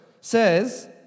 says